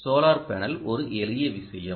solar panel ஒரு எளிய விஷயம்